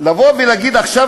לבוא ולהגיד עכשיו,